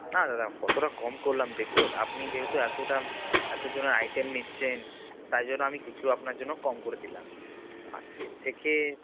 না দাদা কতটা কম করলাম দেখুন আপনি যেহেতু এতটা এত জনের আইটেম নিচ্ছেন তাই জন্য আমি কিছু আপনার জন্য কম করে দিলাম আর এর থেকে